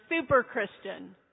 super-Christian